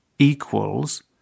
equals